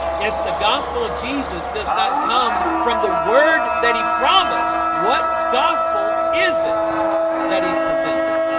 if the gospel of jesus does not come from the word that he promised what gospel is it that he's presenting?